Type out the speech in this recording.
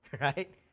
Right